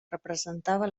representava